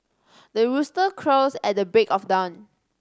the rooster crows at the break of dawn